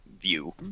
view